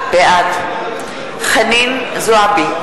בעד חנין זועבי,